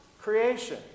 creation